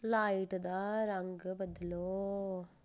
light दा रंग बदलो